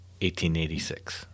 1886